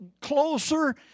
closer